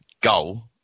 goal